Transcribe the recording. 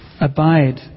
Abide